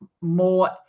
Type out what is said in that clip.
more